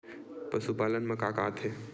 पशुपालन मा का का आथे?